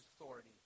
authority